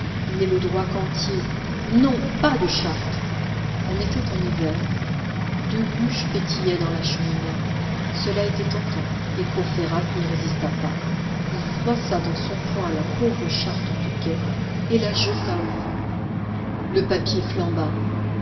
n'est le droit qu'entier non pas de charte on était en hiver deux bûches pétillaient dans la cheminée cela était tentant et courfeyrac n'y résista pas il froissa dans son poing la pauvre charte touquet et la jeta au feu le papier flamba